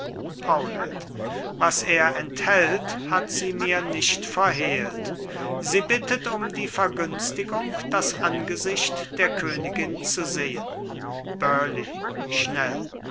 was er enthält hat sie mir nicht verhehlt sie bittet um die vergünstigung das angesicht der königin zu sehen burleigh schnell